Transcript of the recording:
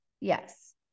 yes